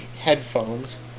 headphones